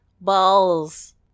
balls